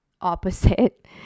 opposite